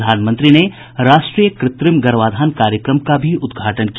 प्रधानमंत्री ने राष्ट्रीय कृत्रिम गर्भाधान कार्यक्रम का भी उद्घाटन किया